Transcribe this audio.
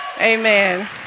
Amen